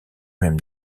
même